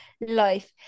life